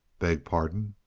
beg pardon?